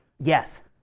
Yes